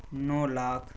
نو lakh